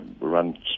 run